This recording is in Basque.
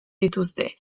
dituzte